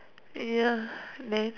ya then